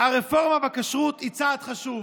"הרפורמה בכשרות היא צעד חשוב"